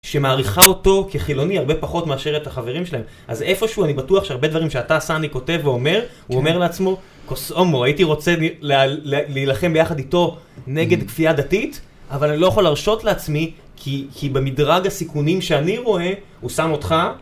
שמעריכה אותו כחילוני הרבה פחות מאשר את החברים שלהם אז איפשהו, אני בטוח שהרבה דברים שאתה סאני כותב ואומר הוא אומר לעצמו כוסאומו, הייתי רוצה להילחם ביחד איתו נגד כפייה דתית אבל אני לא יכול להרשות לעצמי כי במדרג הסיכונים שאני רואה הוא שם אותך